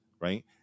right